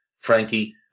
Frankie